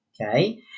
okay